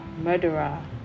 murderer